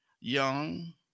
young